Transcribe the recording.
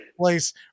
place